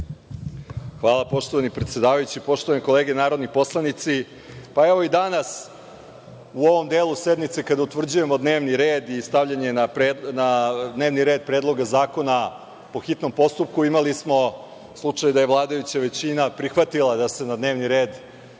Hvala, poštovani predsedavajući. Poštovane kolege narodni poslanici, evo i danas, u ovom delu sednice kada utvrđujemo dnevni red i stavljanje na dnevni red predloga zakona po hitnom postupku, imali smo slučaj da je vladajuća većina prihvatila da se na dnevni red stave